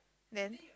then